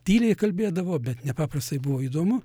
tyliai kalbėdavo bet nepaprastai buvo įdomu